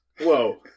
Whoa